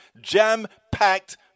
jam-packed